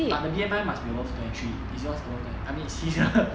but the B_M_I must be around twenty three is yours around twenty I mean his